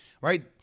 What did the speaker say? right